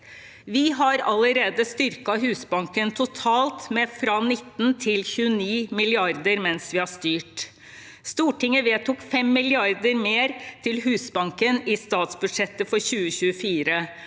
Vi har allerede styrket Husbanken totalt, fra 19 til 29 mrd. kr mens vi har styrt. Stortinget vedtok 5 mrd. kr mer til Husbanken i statsbudsjettet for 2024,